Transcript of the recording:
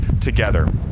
together